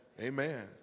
Amen